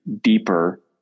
deeper